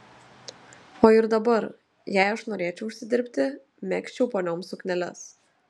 o ir dabar jei aš norėčiau užsidirbti megzčiau ponioms sukneles